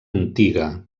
antiga